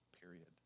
period